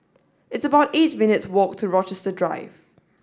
it's about eight minutes walk to Rochester Drive